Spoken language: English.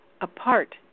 apart